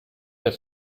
der